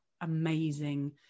amazing